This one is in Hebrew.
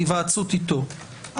בהיוועצות איתו,